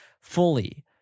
fully